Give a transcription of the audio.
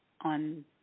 on